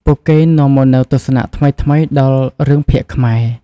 ពួកគេនាំមកនូវទស្សនៈថ្មីៗដល់រឿងភាគខ្មែរ។